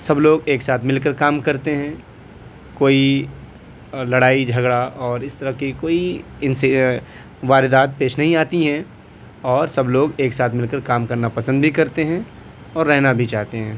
سب لوگ ایک ساتھ مل کر کام کرتے ہیں کوئی لڑائی جھگڑا اور اس طرح کی کوئی واردات پیش نہیں آتی ہیں اور سب لوگ ایک ساتھ مل کر کام کرنا پسند بھی کرتے ہیں اور رہنا بھی چاہتے ہیں